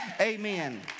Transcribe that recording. Amen